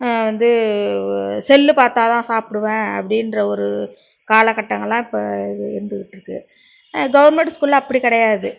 வந்து செல்லு பார்த்தாதான் சாப்பிடுவேன் அப்படின்ற ஒரு காலகட்டங்களெலாம் இப்போ இருந்துக்கிட்டிருக்கு கவுர்மெண்டு ஸ்கூலில் அப்படி கிடையாது